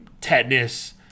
tetanus